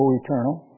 eternal